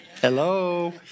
Hello